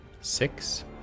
Six